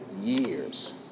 years